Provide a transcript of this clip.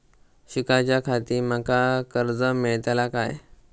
शिकाच्याखाती माका कर्ज मेलतळा काय?